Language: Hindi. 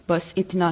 बस इतना ही